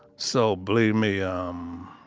so, believe me um,